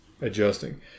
adjusting